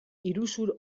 iruzur